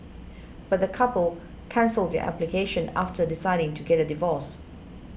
but the couple cancelled their application after deciding to get a divorce